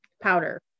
powder